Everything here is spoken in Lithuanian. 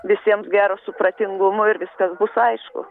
visiems gero supratingumo ir viskas bus aišku